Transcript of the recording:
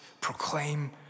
proclaim